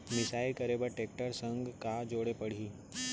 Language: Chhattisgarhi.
मिसाई करे बर टेकटर संग का जोड़े पड़ही?